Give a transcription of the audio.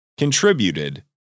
contributed